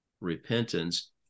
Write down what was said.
repentance